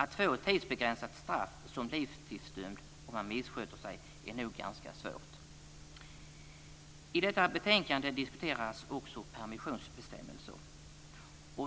Att få ett tidsbegränsat straff som livstidsdömd om man missköter sig är nog ganska svårt. I detta betänkande diskuteras också permissionsbestämmelser.